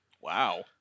Wow